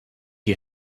you